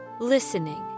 Listening